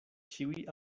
ĉiuj